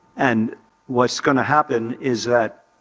and what's going to happen is that